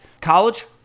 college